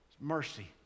Mercy